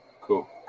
Cool